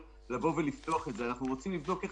כלומר,